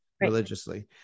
religiously